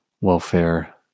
welfare